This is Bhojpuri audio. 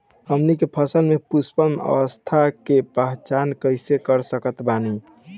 हमनी के फसल में पुष्पन अवस्था के पहचान कइसे कर सकत बानी?